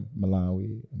Malawi